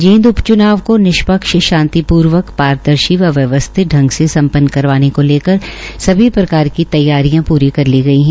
जींद उप चूनाव को निष्पक्ष शांतिपूर्वक पारदर्शी व व्यवस्थित ांग से संपन्न करवाने को लेकर सभी प्रकार की तैयारियां प्री कर ली गई है